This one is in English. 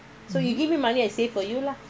so you give me money I save for you lah